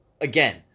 Again